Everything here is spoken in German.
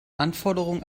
anforderungen